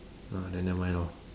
ah then never mind lor